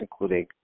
including